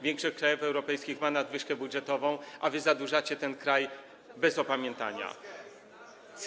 Większość krajów europejskich ma nadwyżkę budżetową, a wy zadłużacie ten kraj bez opamiętania.